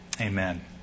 amen